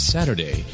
Saturday